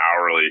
hourly